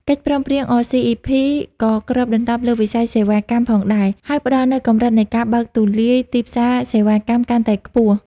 កិច្ចព្រមព្រៀង អ សុី អុី ភី(RCEP) ក៏គ្របដណ្តប់លើវិស័យសេវាកម្មផងដែរ ដោយផ្តល់នូវកម្រិតនៃការបើកទូលាយទីផ្សារសេវាកម្មកាន់តែខ្ពស់។